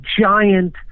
giant